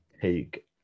take